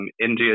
India